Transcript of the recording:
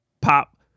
pop